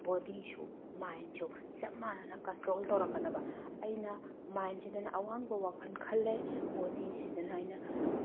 ꯕꯣꯗꯤꯁꯨ ꯃꯥꯏꯟꯁꯨ ꯆꯞ ꯃꯥꯟꯅꯅ ꯀꯟꯇ꯭ꯔꯣꯜ ꯇꯧꯔꯛꯀꯗꯕ ꯑꯩꯅ ꯃꯥꯏꯟꯁꯤꯗꯅ ꯑꯋꯥꯡꯕ ꯋꯥꯈꯜ ꯈꯜꯂꯦ ꯕꯣꯗꯤꯁꯤꯗꯅ ꯑꯩꯅ